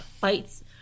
fights